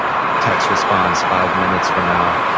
text response, five minutes from now.